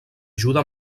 ajuda